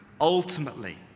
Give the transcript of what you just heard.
ultimately